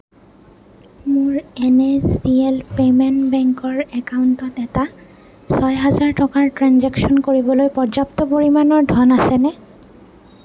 মোৰ N S D L payment বেংকৰ একাউণ্টত এটা ছয় হাজাৰ টকাৰ ট্ৰেঞ্জেকশ্য়ন কৰিবলৈ পৰ্যাপ্ত পৰিমাণৰ ধন আছেনে